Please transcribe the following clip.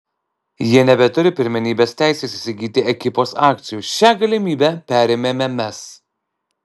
jie nebeturi pirmenybės teisės įsigyti ekipos akcijų šią galimybę perėmėme mes